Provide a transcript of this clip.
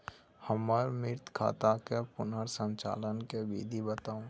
हमर मृत खाता के पुनर संचालन के विधी बताउ?